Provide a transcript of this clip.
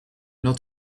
not